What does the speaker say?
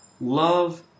Love